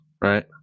right